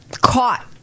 caught